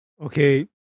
okay